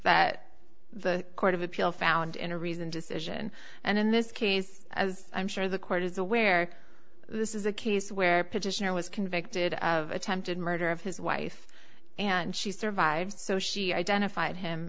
that the court of appeal found in a reasoned decision and in this case as i'm sure the court is aware this is a case where petitioner was convicted of attempted murder of his wife and she survives so she identified him